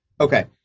Okay